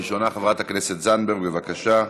ראשונה, חברת הכנסת זנדברג, בבקשה,